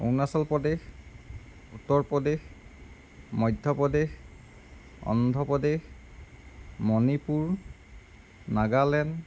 Arunachal Pradesh Uttar Pradesh Madhya Pradesh Andhra Pradesh Manipur Nagaland